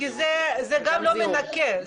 כי זה גם לא מנקה,